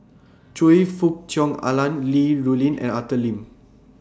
Choe Fook Cheong Alan Li Rulin and Arthur Lim